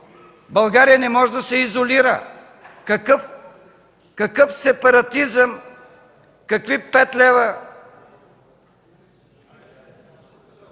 България не може да се изолира. Какъв сепаратизъм, какви пет лева?